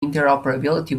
interoperability